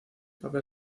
papel